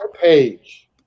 page